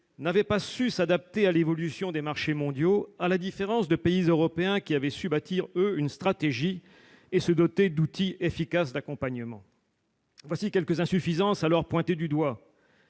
n'avait pas su s'adapter à l'évolution des marchés mondiaux, à la différence de celui de pays européens qui avaient su bâtir une stratégie et se doter d'outils efficaces d'accompagnement. Voici quelques insuffisances alors pointées du doigt